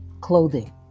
clothing